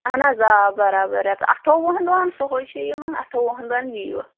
اَہَن حظ آ برابر رٮ۪تھ اَٹھووُہَن دۄہَن سُہ ہَے چھُ یِوان اَٹھووُہَن دۄہَن یِیٖوٕ